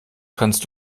kannst